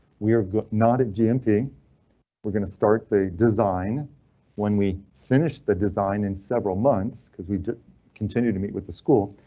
we're not at gmp. we're going to start the design when we finish the design in several months, cause we continue to meet with the school.